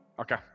Okay